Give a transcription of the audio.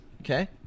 Okay